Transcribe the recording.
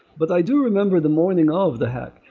but i do remember the morning of the hack,